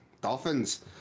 Dolphin's